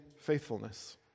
faithfulness